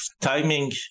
timing